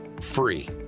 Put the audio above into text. free